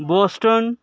Boston